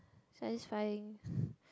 satisfying